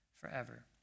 forever